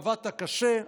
עבדת קשה,